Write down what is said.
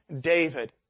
David